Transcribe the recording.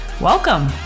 Welcome